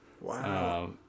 wow